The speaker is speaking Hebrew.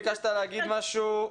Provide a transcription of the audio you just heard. ביקשת להגיד משהו,